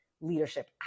leadership